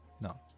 No